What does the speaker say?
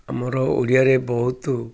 ଆମର ଓଡ଼ିଆରେ ବହୁତ